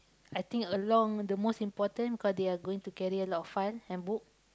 I think a long the most important cause they're going to carry a lot of file and book